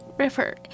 river